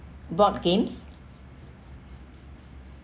board games